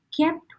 kept